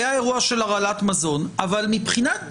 היה אירוע של הרעלת מזון אבל מבחינת